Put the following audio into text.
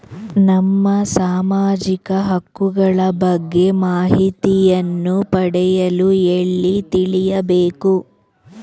ನಮ್ಮ ಸಾಮಾಜಿಕ ಹಕ್ಕುಗಳ ಬಗ್ಗೆ ಮಾಹಿತಿಯನ್ನು ಪಡೆಯಲು ಎಲ್ಲಿ ತಿಳಿಯಬೇಕು?